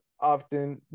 often